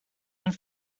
een